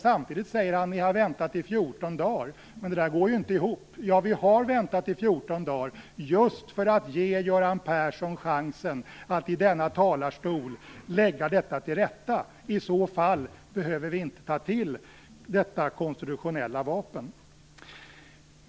Samtidigt säger han: Ni har väntat i 14 dagar. Men det där går ju inte ihop. Ja, vi har väntat i 14 dagar just för att ge Göran Persson chansen att i denna talarstol lägga det här till rätta. I så fall behöver vi inte ta till detta konstitutionella vapen.